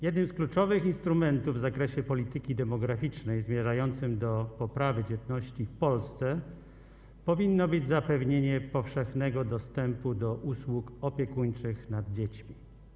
Jednym z kluczowych instrumentów w zakresie polityki demograficznej zmierzającym do poprawy dzietności w Polsce powinno być zapewnienie powszechnego dostępu do usług opiekunki nad dziećmi.